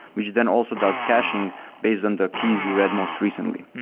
which then also does caching based on the keys you read most recently.